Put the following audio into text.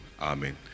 Amen